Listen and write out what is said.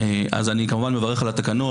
אז אני, כמובן, מברך על התקנות